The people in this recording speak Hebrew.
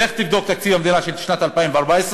לך תבדוק את תקציב המדינה של שנת 2014,